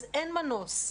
אז אין מנוס,